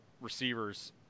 receivers